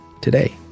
today